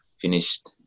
finished